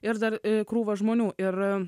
ir dar krūva žmonių ir